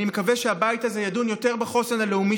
אני מקווה שהבית הזה ידון יותר בחוסן הלאומי